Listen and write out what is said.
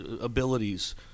abilities